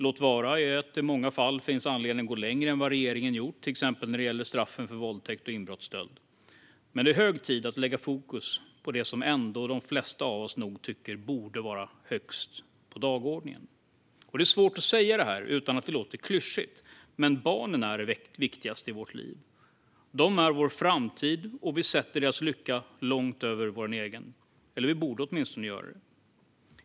Låt vara att det i många fall finns anledning att gå längre än regeringen har gjort, till exempel när det gäller straffen för våldtäkt och inbrottsstöld. Men det är hög tid att sätta fokus på det som de flesta av oss nog tycker borde vara högst på dagordningen. Det är svårt att säga utan att det låter klyschigt, men barnen är det viktigaste i våra liv. De är vår framtid, och vi sätter deras lycka långt över vår egen. Det borde vi åtminstone göra.